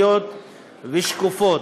ראויות ושקופות.